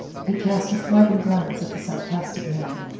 he cast a frightened glance at the sarcastic man.